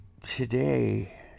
Today